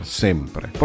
sempre